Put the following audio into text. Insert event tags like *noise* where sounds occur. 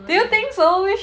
*laughs*